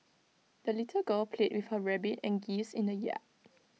the little girl played with her rabbit and geese in the yard